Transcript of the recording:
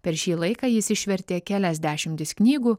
per šį laiką jis išvertė kelias dešimtis knygų